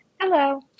Hello